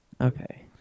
Okay